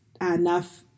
enough